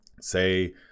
say